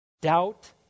Doubt